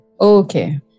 Okay